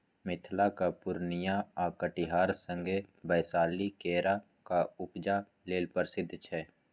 मिथिलाक पुर्णियाँ आ कटिहार संगे बैशाली केराक उपजा लेल प्रसिद्ध छै